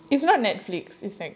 it's not Netflix it's like